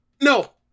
no